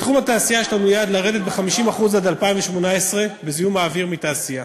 בתחום התעשייה יש לנו יעד לרדת ב-50% עד 2018 בזיהום האוויר מתעשייה.